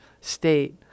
state